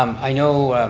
i know